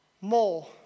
more